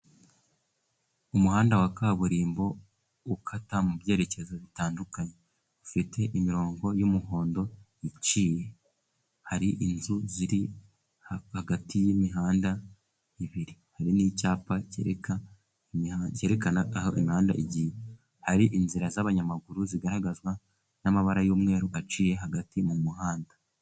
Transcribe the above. Umuhanda wa kaburimbo ukata mu byerekezo bitandukanye, ufite imirongo y'umuhondo iciye, hari inzu ziri hagati y'imihanda ibiri, hari n'icyapa cyereka imihanda cyerekana aho imihanda ari inzira z'abanyamaguru, zigaragazwa n'amabara y'umweru aciye hagati mu muhanda.